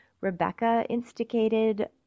Rebecca-instigated